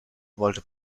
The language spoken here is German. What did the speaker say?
wollte